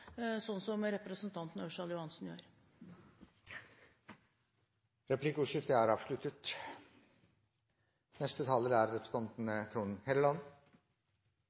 sånn som representanten Ørsal Johansen gjør. Replikkordskiftet er